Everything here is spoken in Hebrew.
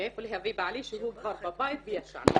מאיפה להביא את בעלי שהוא כבר בבית וישן.